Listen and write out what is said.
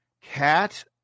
Cat